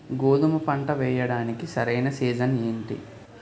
గోధుమపంట వేయడానికి సరైన సీజన్ ఏంటి?